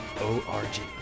O-R-G